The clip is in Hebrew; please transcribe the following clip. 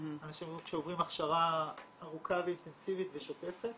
אנשים שעוברים הכשרה ואינטנסיבית ושוטפת